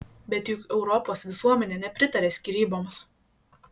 bet juk europos visuomenė nepritaria skyryboms